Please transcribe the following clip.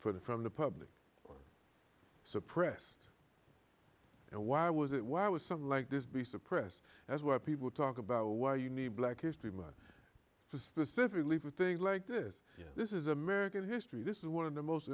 for the from the public suppressed and why was it why would something like this be suppressed as where people talk about why you need black history month specifically for things like this this is american history this is one of the most